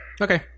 Okay